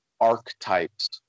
archetypes